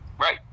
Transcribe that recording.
Right